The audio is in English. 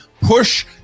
push